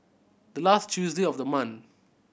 the last Tuesday of the month